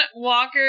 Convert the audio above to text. Walker